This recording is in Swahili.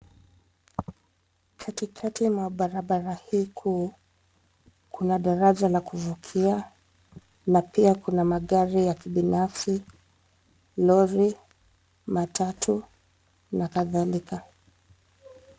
Katikati mwa barabara hii kuu, kuna daraja la kuvukia, na pia kuna magari ya kibinafsi, lori, matatu, na kadhalika.